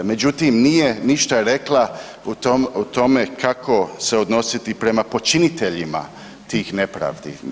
Međutim, nije ništa rekla o tome kako se odnositi prema počiniteljima tih nepravdi.